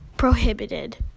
prohibited